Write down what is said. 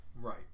right